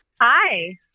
Hi